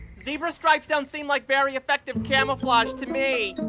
zebra stripes don't seem like very effective camouflage to me.